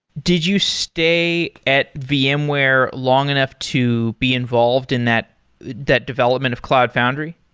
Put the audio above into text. did you stay at vmware long enough to be involved in that that development of cloud foundry?